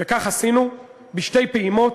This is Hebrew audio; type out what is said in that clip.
וכך עשינו, בשתי פעימות: